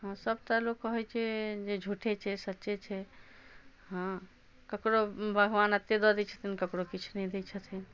हँ सब तऽ लोक कहै छै जे झूठे छै सच्चे छै हँ ककरो भगवान एतेक दऽ दै छथिन ककरो किछु नहि दै छथिन